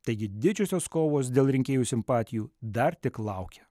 taigi didžiosios kovos dėl rinkėjų simpatijų dar tik laukia